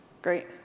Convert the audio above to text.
Great